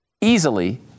easily